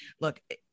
Look